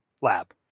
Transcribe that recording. lab